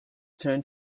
turned